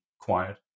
quiet